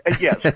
Yes